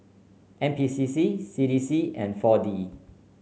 N P C C C D C and four D